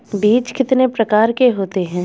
बीज कितने प्रकार के होते हैं?